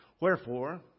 Wherefore